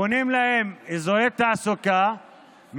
בונים להם אזורי תעסוקה,